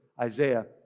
Isaiah